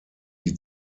die